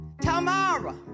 Tomorrow